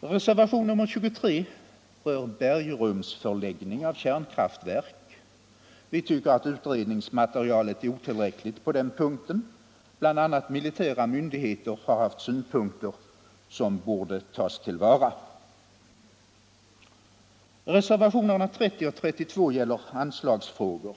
Reservationen 23 rör bergrumsförläggning av kärnkraftverk. Vi tycker att utredningsmaterialet är otillräckligt på den punkten. BI. a. militära myndigheter har haft synpunkter som borde tas till vara. Reservationerna 30 och 32 gäller anslagstrågor.